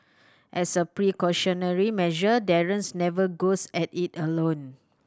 as a precautionary measure Darren never goes at it alone